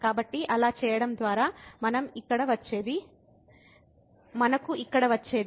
కాబట్టి అలా చేయడం ద్వారా మనం ఇక్కడ వచ్చేది